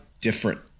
different